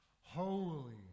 Holy